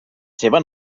seva